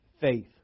faith